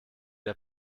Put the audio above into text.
der